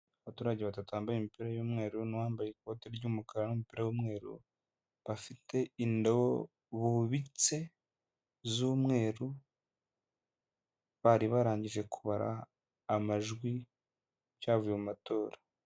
Abaturage batatu bambaye imipira y'umweru n'uwambaye ikoti ry'umukara n'umupira w'umweru, bafite indobo bubitse z'umweru bari barangije kubara amajwi y'ibyavuye mu matora.